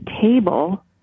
table